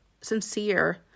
sincere